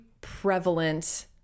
prevalent